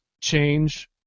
change